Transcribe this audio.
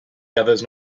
gathers